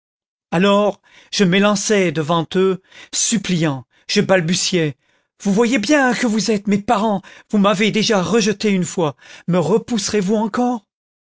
alors je m'élançai devant eux suppliant je balbutiai vous voyez bien que vous êtes mes parents vous m'avez déjà rejeté une fois me repousserez vous encore